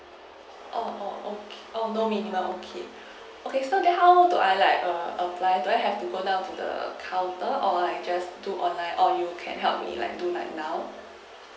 oh oh okay oh no need now okay okay so then how do I like err apply do I have to go down to the counter or I just do online or you can help me like do right now